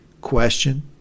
Question